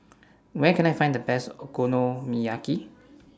Where Can I Find The Best Okonomiyaki